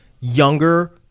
younger